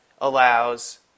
allows